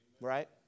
Right